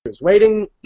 waiting